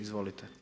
Izvolite.